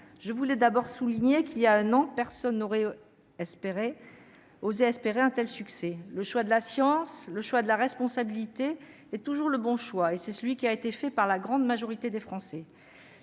je tiens à le souligner, car voilà un an, personne n'aurait osé espérer un tel succès. Le choix de la science, le choix de la responsabilité est toujours le bon. C'est celui qui a été fait par la grande majorité des Français.